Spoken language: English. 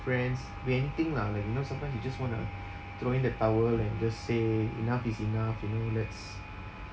friends' ranting lah like you know sometimes you just want to throw in the towel and just say enough is enough you know let's